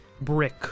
brick